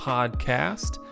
Podcast